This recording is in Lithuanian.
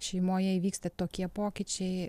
šeimoje įvyksta tokie pokyčiai